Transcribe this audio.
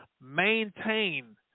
maintain